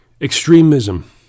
Extremism